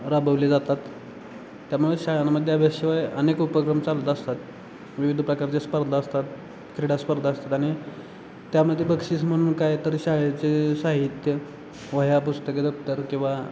राबवले जातात त्यामुळे शाळांमध्ये अभ्यासाशिवाय अनेक उपक्रम चालत असतात विविध प्रकारच्या स्पर्धा असतात क्रीडा स्पर्धा असतात आणि त्यामध्ये बक्षीस म्हणून काय तरी शाळेचे साहित्य वह्या पुस्तकं दफ्तर किंवा